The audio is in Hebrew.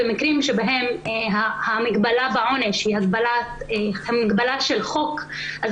במקרים שבהם המגבלה בעונש היא המגבלה של חוק אז